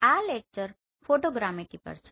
આ lecture photogrammetry પર છે